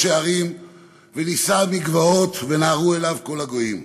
ההרים ונִשא מגבעות ונהרו אליו כל הגויִם",